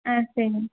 ஆ சரி